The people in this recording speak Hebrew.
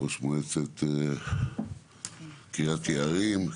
ראש מועצת קריית יערים,